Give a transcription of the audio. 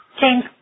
James